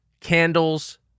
candles